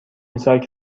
ساک